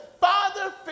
Father